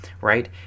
right